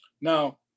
Now